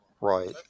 Right